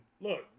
Look